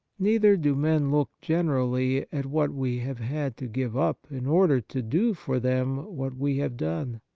neither do men look generally at what we have had to give up in order to do for them what we have done.